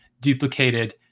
duplicated